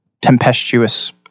tempestuous